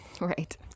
Right